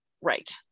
right